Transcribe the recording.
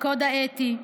לקוד האתי,